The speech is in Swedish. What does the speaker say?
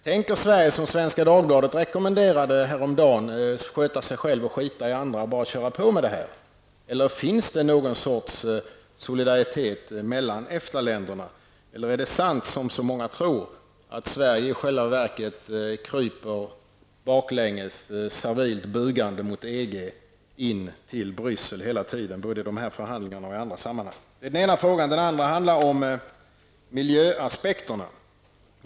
Tänker Sverige, som Svenska Dagbladet rekommenderade häromdagen, sköta sig självt, strunta i andra och köra på med det här? Finns det någon sorts solidaritet mellan EFTA-länderna? Eller är det sant, som så många tror, att Sverige hela tiden kryper baklänges, servilt bugande mot EG, in i Bryssel, både när det gäller de här förhandlingarna och i andra sammanhang? Den andra frågan handlar om miljöaspekterna.